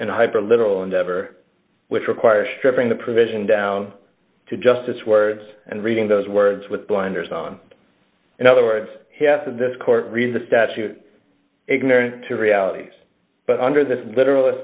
and hyper literal endeavor which requires stripping the provision down to justice words and reading those words with blinders on in other words this court read the statute ignorance to realities but under this literal